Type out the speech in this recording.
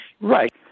Right